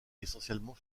essentiellement